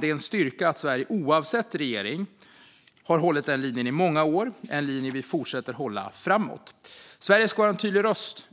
Det är en styrka att Sverige oavsett regering har hållit denna linje i många år, och det är en linje vi fortsätter hålla framåt. Sverige ska vara en tydlig röst